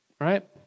Right